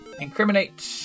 Incriminate